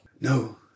No